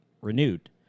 renewed